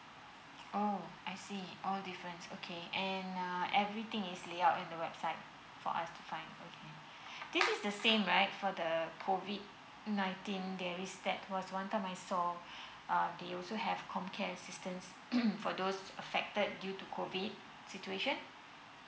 oh I see all different and uh everything is lay out in the website for us to find out okay this is the same right for the COVID nineteen there is that one time I saw uh they also have comcare asistance for those affected due to COVID situation